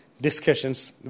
discussions